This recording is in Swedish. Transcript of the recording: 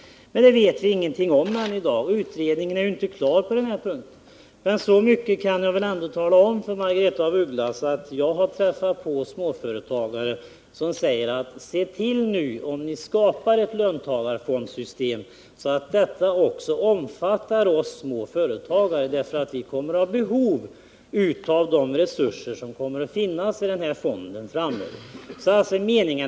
Men vi vet ännu ingenting om hur det blir med den saken. Utredningen är ju inte klar på den punkten. Men så mycket kan jag väl ändå tala om för Margaretha af Ugglas att jag har träffat många småföretagare som säger: Om ni skapar ett löntagarfondssystem, se då till att detta också omfattar oss småföretagare, för vi kommer att ha behov av de resurser som på så sätt kan ställas till förfogande. Meningarna är alltså delade här.